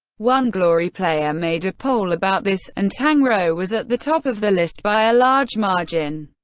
one glory player made a poll about this, and tang rou was at the top of the list by a large margin.